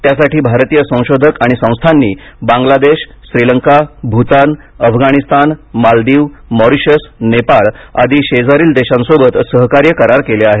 त्यासाठी भारतीय संशोधक आणि संस्थांनी बांगलादेश श्रीलंका भूतान अफगाणिस्तान मालदीव मॉरिशस नेपाळ आदी शेजारील देशांसोबत सहकार्य करार केले आहेत